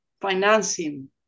financing